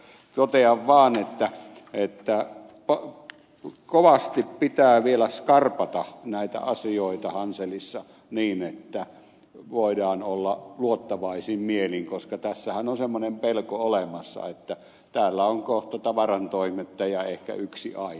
totean vaan että kovasti pitää vielä skarpata näitä asioita hanselissa niin että voidaan olla luottavaisin mielin koska tässähän on semmoinen pelko olemassa että täällä on kohta tavarantoimittajia ehkä yksi tai